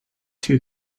too